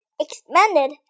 expanded